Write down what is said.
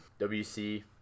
WC